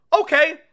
Okay